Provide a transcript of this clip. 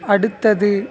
அடுத்தது